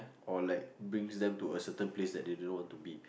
or like brings them to a certain place that they do not want to be